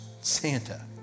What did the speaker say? Santa